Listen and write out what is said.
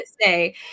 say